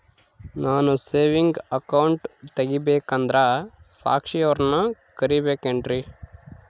ನಾನು saving account ತೆಗಿಬೇಕಂದರ ಸಾಕ್ಷಿಯವರನ್ನು ಕರಿಬೇಕಿನ್ರಿ?